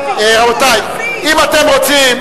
אם אתם רוצים,